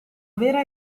vera